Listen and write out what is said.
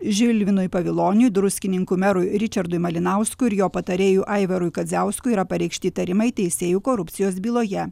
žilvinui poviloniui druskininkų merui ričardui malinauskui ir jo patarėju aivarui kadziauskui yra pareikšti įtarimai teisėjų korupcijos byloje